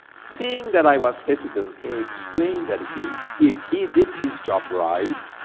seeing that i was hesitant, he explained that if he if he did his job right,